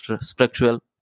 structural